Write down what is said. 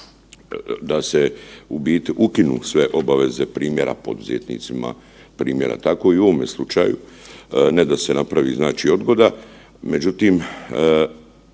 da se u biti ukinu sve obaveze primjera poduzetnicima, primjera tako i u ovome slučaju, ne da se napravi znači odgoda.